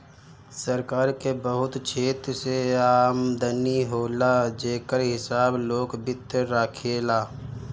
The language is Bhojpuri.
सरकार के बहुत क्षेत्र से आमदनी होला जेकर हिसाब लोक वित्त राखेला